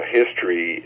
history